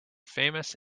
famous